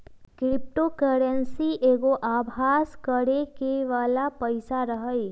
crypto currency एगो अभास करेके बला पइसा हइ